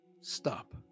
stop